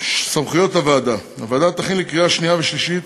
סמכויות הוועדה: הוועדה תכין לקריאה השנייה והשלישית